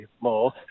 more